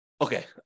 Okay